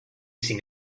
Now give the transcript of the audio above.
sin